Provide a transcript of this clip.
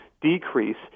decrease